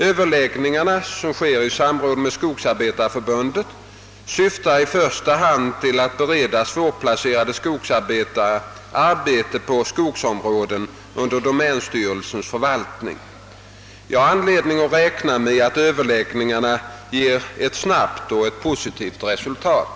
Överläggningarna — som sker i samråd med Skogsarbetareförbundet — syftar i första hand till att bereda svårplacerade skogsarbetare arbete på skogsområden under domänstyrelsens förvaltning. Jag har anledning räkna med att överläggningarna ger ett snabbt och positivt resultat.